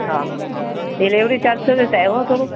હં delivery charge થશે સાહેબ હોં થોડું